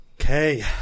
Okay